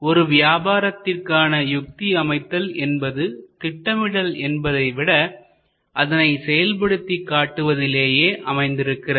ஒரு வியாபாரத்திற்கான யுத்தி அமைத்தல் என்பது திட்டமிடல் என்பதை விட அதனை செயல்படுத்தி காட்டுவதிலேயே அமைந்திருக்கிறது